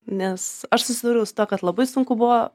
nes aš susidūriau su tuo kad labai sunku buvo